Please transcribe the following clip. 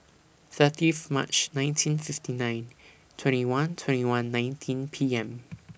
thirtieth March nineteen fifty nine twenty one twenty one nineteen P M